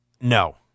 No